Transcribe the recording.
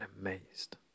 amazed